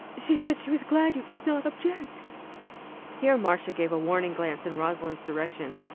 she said she was glad you did not object here marcia gave a warning glance in rosalind's direction,